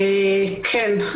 בבקשה.